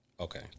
Okay